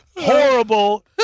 horrible